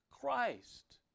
Christ